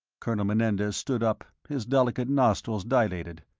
colonel menendez stood up, his delicate nostrils dilated.